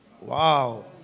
Wow